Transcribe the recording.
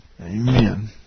Amen